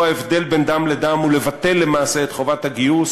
הבדל בין דם לדם ולבטל למעשה את חובת הגיוס,